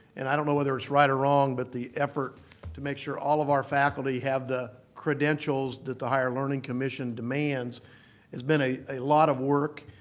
and i don't know whether it's right or wrong but the effort to make sure all of our faculty have the credentials that the higher learning commission demands has been a a lot of work.